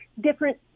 different